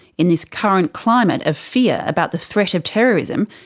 in this current climate of fear about the threat of terrorism,